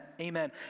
Amen